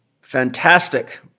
Fantastic